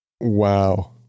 wow